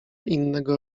innego